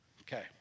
Okay